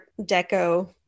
deco